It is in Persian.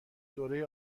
دوره